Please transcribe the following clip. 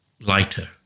lighter